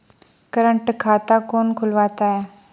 Current खाता कौन खुलवाता है?